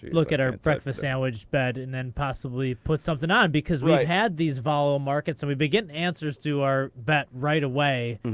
look at our breakfast sandwich bet and then possibly put something on? because we've had these volatile markets. and we've been getting answers to our bet right away.